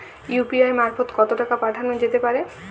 UPI মারফত কত টাকা পাঠানো যেতে পারে?